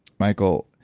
michael